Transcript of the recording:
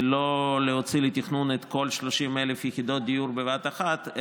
ולא להוציא לתכנון את כל 30,000 יחידות הדיור בבת אחת,